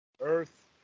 Earth